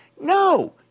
No